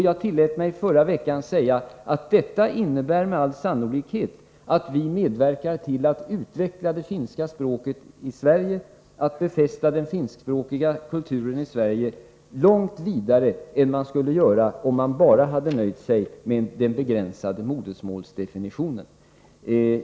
Jag tillät mig förra veckan säga att detta med all sannolikhet innebär att vi medverkar till att utveckla det finska språket i Sverige och till att befästa den finskspråkiga kulturen i Sverige långt mer än man skulle göra om man hade nöjt sig med den begränsade modersmålsdefinitionen.